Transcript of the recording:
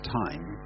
time